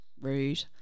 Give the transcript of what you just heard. Rude